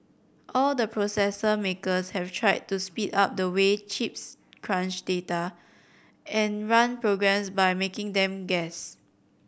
all the processor makers have tried to speed up the way chips crunch data and run programs by making them guess